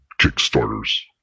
Kickstarters